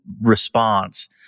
response